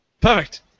Perfect